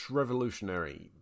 revolutionary